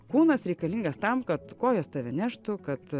kūnas reikalingas tam kad kojos tave neštų kad